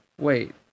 Wait